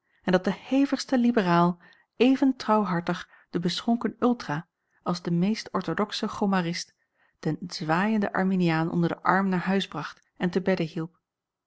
en dat de hevigste liberaal even trouwhartig den beschonken ultra als de meest orthodoxe gomarist den zwaaienden arminiaan onder den arm naar huis bracht en te bedde hielp